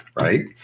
Right